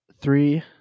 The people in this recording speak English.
three